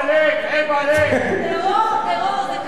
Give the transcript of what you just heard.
טרור זה כשר?